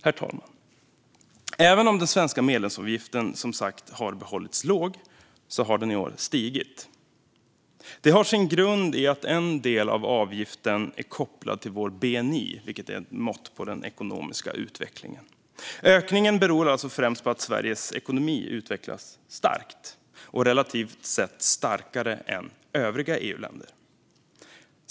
Herr talman! Även om den svenska medlemsavgiften som sagt har behållits låg har den i år stigit. Det har sin grund i att en del av avgiften är kopplad till vår bni, vilket är ett mått på den ekonomiska utvecklingen. Ökningen beror alltså främst på att Sveriges ekonomi utvecklats starkt och relativt sett starkare än övriga EU-länders.